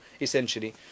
essentially